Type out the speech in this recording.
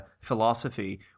philosophy